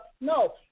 No